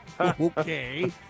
Okay